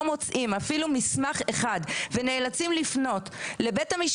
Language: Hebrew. מוצאים אפילו מסמך אחד ונאלצים לפנות לבית המשפט.